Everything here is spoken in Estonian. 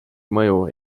mõju